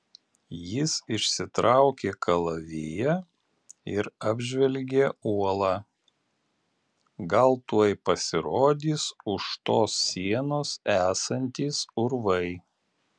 jis išsitraukė kalaviją ir apžvelgė uolą gal tuoj pasirodys už tos sienos esantys urvai